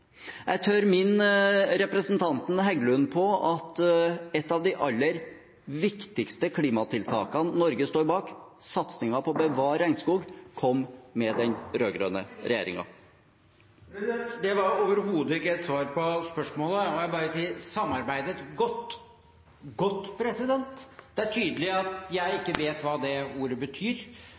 Jeg tør minne representanten Heggelund på at et av de aller viktigste klimatiltakene Norge står bak, satsingen på å bevare regnskog , kom med den rød-grønne regjeringen. Det var overhodet ikke svar på spørsmålet, og jeg vil bare si: «samarbeidet godt» – «godt»? Det er tydelig at jeg ikke vet hva det ordet betyr,